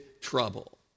trouble